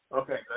Okay